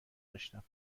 داشتم